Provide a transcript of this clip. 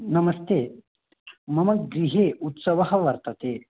नमस्ते मम गृहे उत्सवः वर्तते